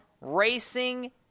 racing